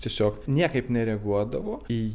tiesiog niekaip nereaguodavo į